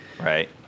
Right